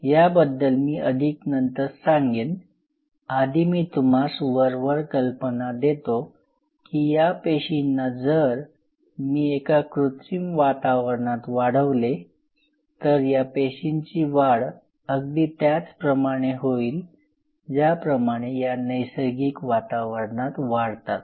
याबद्दल अधिक मी नंतर सांगेन आधी मी तुम्हास वरवर कल्पना देतो की या पेशींना जर मी एका कृत्रिम वातावरणात वाढवले तर या पेशींची वाढ अगदी त्याचप्रमाणे होईल ज्याप्रमाणे या नैसर्गिक वातावरणात वाढतात